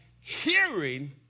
hearing